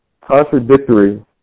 contradictory